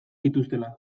zituztela